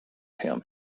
him